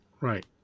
right